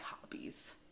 hobbies